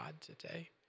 today